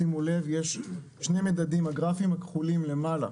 שימו לב, יש שני מדדים, הגרפים הכחולים למעלה,